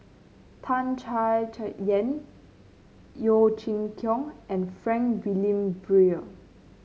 Tan Chay Yan Yeo Chee Kiong and Frank Wilmin Brewer